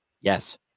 yes